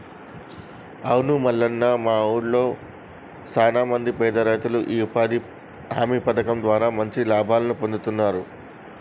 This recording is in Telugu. అవును మల్లన్న మా ఊళ్లో సాన మంది పేద రైతులు ఈ ఉపాధి హామీ పథకం ద్వారా మంచి లాభం పొందుతున్నారు